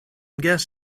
guess